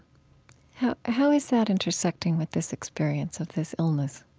how how has that intersecting with this experience of this illness?